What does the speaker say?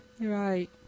right